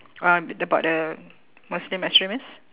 uh about the muslim extremists